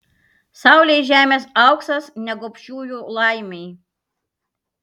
saulei žemės auksas ne gobšiųjų laimei